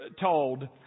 told